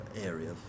area